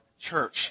church